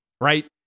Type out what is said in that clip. right